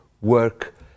work